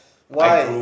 why